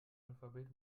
alphabet